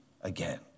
again